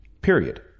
period